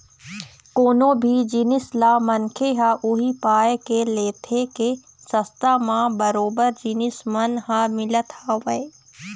कोनो भी जिनिस ल मनखे ह उही पाय के लेथे के सस्ता म बरोबर जिनिस मन ह मिलत हवय